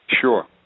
Sure